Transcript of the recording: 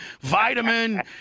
vitamin